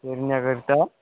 फिरण्याकरिता